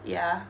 ya